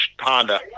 Honda